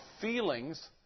feelings